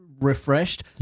refreshed